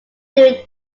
doing